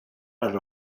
out